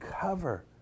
cover